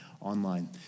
online